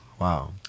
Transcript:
Wow